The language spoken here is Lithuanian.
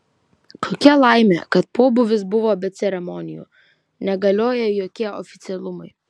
kokia laimė kad pobūvis buvo be ceremonijų negalioja jokie oficialumai